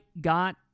got